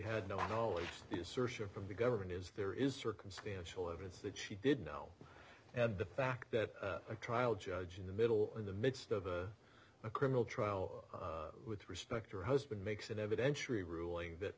had no knowledge of the government is there is circumstantial evidence that she did know and the fact that a trial judge in the middle in the midst of a criminal trial with respect your husband makes an evidentiary ruling that